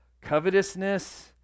covetousness